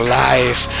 life